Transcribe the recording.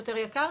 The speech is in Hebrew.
יקר.